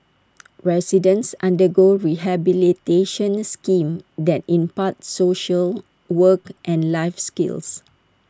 residents undergo rehabilitation schemes that impart social work and life skills